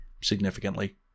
significantly